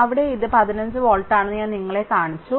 ഇവിടെ ഇത് 15 വോൾട്ട് ആണെന്ന് ഞാൻ നിങ്ങളെ കാണിച്ചു